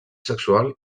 sexual